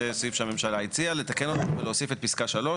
זה הסעיף שהמשלה הציעה לתקן אותו ולהוסיף את פסקה (3),